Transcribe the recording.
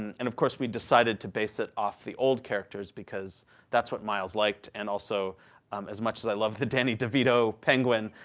and of course, we decided to base it off the old characters, because that's what miles liked. and also as much as i love the danny devito penguin